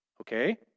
Okay